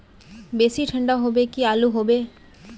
बेसी ठंडा होबे की आलू होबे